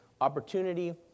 opportunity